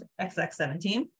XX17